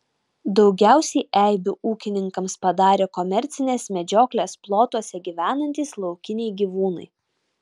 daugiausiai eibių ūkininkams padarė komercinės medžioklės plotuose gyvenantys laukiniai gyvūnai